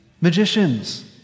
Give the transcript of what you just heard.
magicians